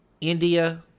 India